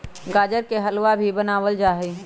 गाजर से हलवा भी बनावल जाहई